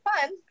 fun